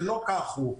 אבל לא כך הוא.